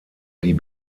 die